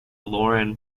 lauren